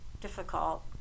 difficult